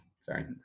Sorry